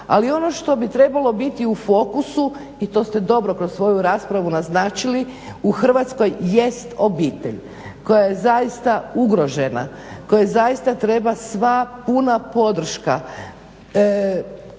Ali ono što bi trebalo biti u fokusu i to ste dobro kroz svoju raspravu naznačili u Hrvatskoj jest obitelj koja je zaista ugrožena, kojoj zaista treba sva puna podrška.